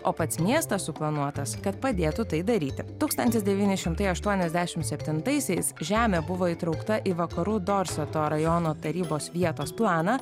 o pats miestas suplanuotas kad padėtų tai daryti tūkstantis devyni šimtai aštuoniasdešim septintaisiais žemė buvo įtraukta į vakarų dorseto rajono tarybos vietos planą